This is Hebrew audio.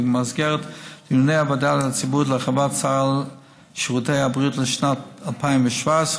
במסגרת דיוני הוועדה הציבורית להרחבת סל שירותי הבריאות לשנת 2017,